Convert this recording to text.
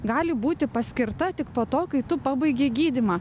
gali būti paskirta tik po to kai tu pabaigei gydymą